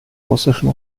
russischen